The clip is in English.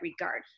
regard